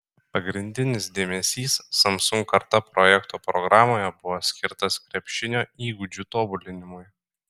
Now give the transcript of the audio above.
pagrindinis dėmesys samsung karta projekto programoje buvo skirtas krepšinio įgūdžių tobulinimui